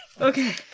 Okay